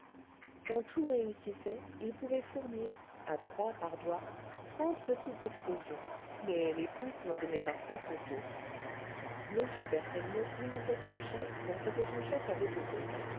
quand tout réussissait il pouvait fournir à trois par doigts trente petites explosions mais les pouces n'en donnaient parfois que deux m berthellemot imitait son chef dans ce que son chef avait de bon